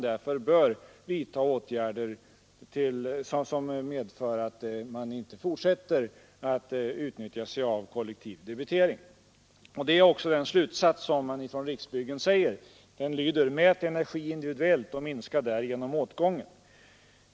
Därför bör det vidtas åtgärder som får till följd att man inte fortsätter att begagna kollektiv debitering. Det är också den slutsats Riksbyggen drar. Den lyder: Mät energi individuellt och minska därigenom åtgången.